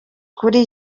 kuri